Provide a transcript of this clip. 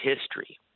history